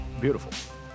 Beautiful